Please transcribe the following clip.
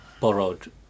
borrowed